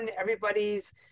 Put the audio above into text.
everybody's